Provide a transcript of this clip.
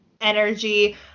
energy